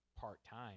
part-time